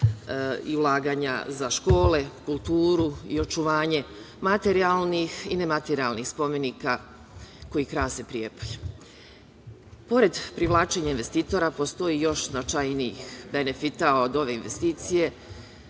i ulaganja za škole, kulturu i očuvanje materijalnih i nematerijalnih spomenika koji krase Prijepolje. Pored privlačenja investitora postoji još značajnijih benefita od ove investicije